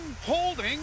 holding